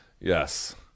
Yes